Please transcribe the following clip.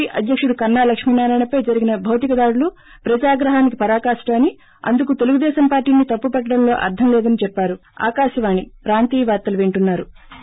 P అధ్యక్తుడు కన్నా లక్ష్మి నారాయణపై జరిగిన భౌతికదాడులు ప్రజాగ్రహానికి పరాకాష్ణ అని అందుకు తెలుగుదేశం పార్టీని తప్పు పట్లడంలో అర్గం లేదని చెప్పారు